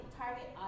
target